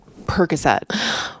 Percocet